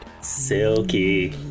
Silky